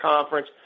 conference